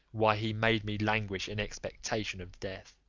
why he made me languish in expectation of death